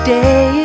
Day